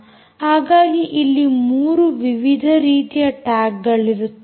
ಹಾಗಾಗಿ ಅಲ್ಲಿ 3 ವಿವಿಧ ರೀತಿಯ ಟ್ಯಾಗ್ಗಳಿರುತ್ತವೆ